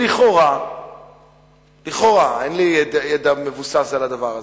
שלכאורה, לכאורה, אין לי ידע מבוסס על הדבר הזה,